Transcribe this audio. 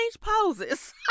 poses